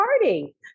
party